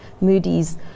Moody's